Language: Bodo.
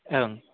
ओं